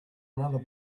another